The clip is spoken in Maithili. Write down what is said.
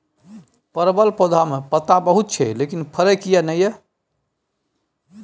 परवल पौधा में पत्ता बहुत छै लेकिन फरय किये नय छै?